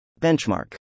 Benchmark